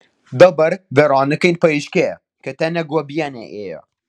dabar veronikai paaiškėjo kad ten ne guobienė ėjo